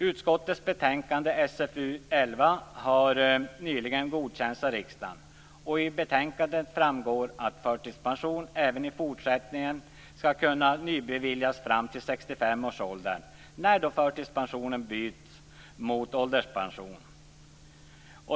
Utskottets betänkande SfU 11 har nyligen godkänts av riksdagen. I betänkandet framgår att förtidspension även i fortsättningen skall kunna nybeviljas fram till 65 års ålder när förtidspensionen byts mot ålderspension.